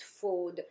food